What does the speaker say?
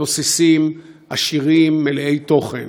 תוססים, עשירים, מלאי תוכן.